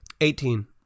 Eighteen